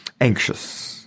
anxious